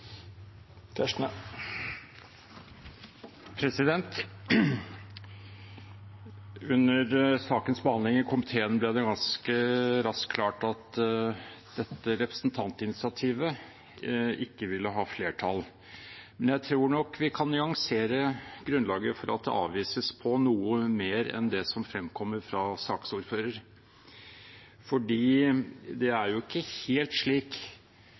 Under sakens behandling i komiteen ble det ganske raskt klart at dette representantinitiativet ikke ville få flertall. Men jeg tror nok vi kan nyansere grunnlaget for at det avvises, noe mer enn det som fremkommer fra saksordføreren, for det er jo ikke helt slik